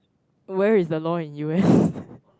where is the law in U_S